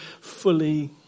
fully